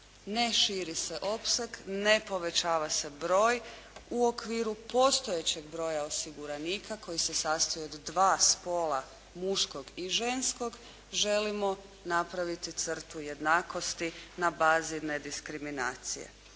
ne širi se opseg, ne povećava se broj, u okviru postojećeg broja osiguranika koji se sastoji od dva spola muškog i ženskog želimo napraviti crtu jednakosti na bazi nediskriminacije.